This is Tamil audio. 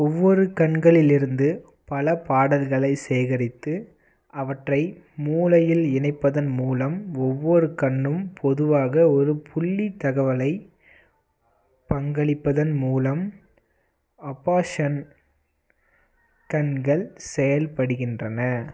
ஒவ்வொரு கண்களிலிருந்து பல பாடல்களை சேகரித்து அவற்றை மூளையில் இணைப்பதன் மூலம் ஒவ்வொரு கண்ணும் பொதுவாக ஒரு புள்ளி தகவலை பங்களிப்பதன் மூலம் அப்பாஷன் கண்கள் செயல்படுகின்றன